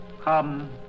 Come